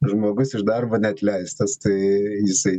žmogus iš darbo neatleistas tai jisai